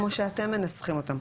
כמו שאתם מנסחים אותם.